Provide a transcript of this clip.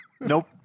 Nope